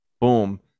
Boom